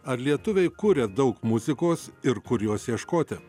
ar lietuviai kuria daug muzikos ir kur jos ieškoti